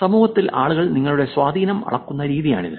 സമൂഹത്തിൽ ആളുകൾ നിങ്ങളുടെ സ്വാധീനം അളക്കുന്ന രീതിയാണിത്